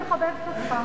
אני מחבבת אותך.